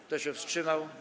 Kto się wstrzymał?